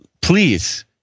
please